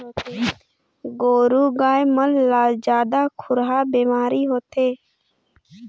गोरु गाय मन ला जादा खुरहा बेमारी होथे